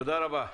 תודה רבה.